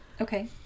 Okay